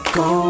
go